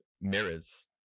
mirrors